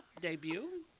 debut